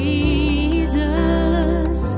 Jesus